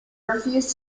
refused